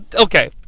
Okay